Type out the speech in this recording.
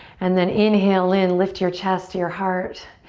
and then inhale in, lift your chest, your heart.